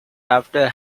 after